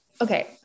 okay